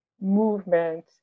movement